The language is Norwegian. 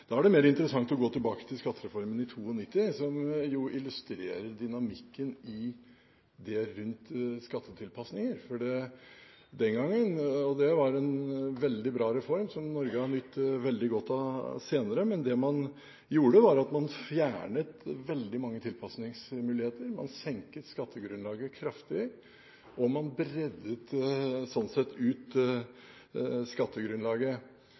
Da er det mer interessant å gå tilbake til skattereformen i 1992, som illustrerer dynamikken rundt skattetilpasninger. Det var en veldig bra reform som Norge har nytt veldig godt av senere. Det man gjorde den gangen, var at man fjernet veldig mange tilpasningsmuligheter, man senket skattegrunnlaget kraftig, og man videt sånn sett ut skattegrunnlaget.